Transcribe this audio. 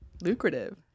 lucrative